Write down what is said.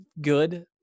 good